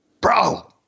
bro